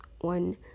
one